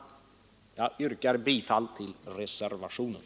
Jag yrkar bifall till reservationen.